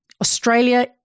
Australia